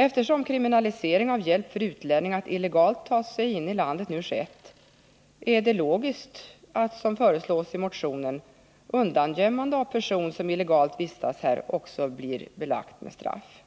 Eftersom kriminalisering av hjälp till utlänning att illegalt ta sig in i landet nu skett, är det logiskt att som föreslås i motionen undangömmande av person som illegalt vistas här också blir belagt med straff.